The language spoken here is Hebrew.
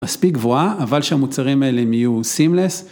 מספיק גבוהה, אבל שהמוצרים האלה יהיו סימלס.